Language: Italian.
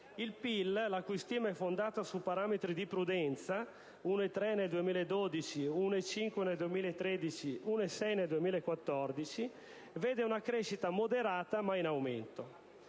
Il PIL, la cui stima è fondata su parametri di prudenza (1,3 nel 2012, 1,5 nel 2013 e 1,6 nel 2014), vede una crescita moderata ma in aumento.